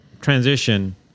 transition